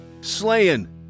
slaying